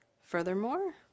Furthermore